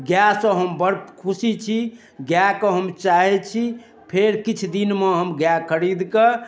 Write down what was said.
गायसँ हम बड़ खुशी छी गायके हम चाहैत छी फेर किछु दिनमे हम गाय खरीद कऽ